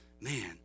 man